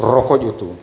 ᱨᱚᱠᱚᱡ ᱩᱛᱩ